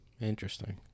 Interesting